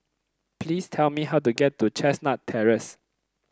please tell me how to get to Chestnut Terrace